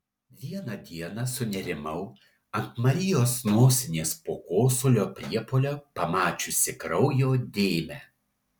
vieną dieną sunerimau ant marijos nosinės po kosulio priepuolio pamačiusi kraujo dėmę